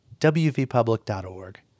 wvpublic.org